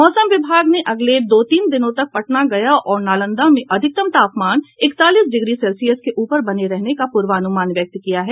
मौसम विभाग ने अगले दो तीन दिनों तक पटना गया और नालंदा में अधिकतम तापमान इकतालीस डिग्री सेल्सियस के ऊपर बने रहने का पूर्वानुमान व्यक्त किया है